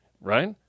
right